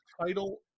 title